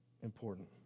important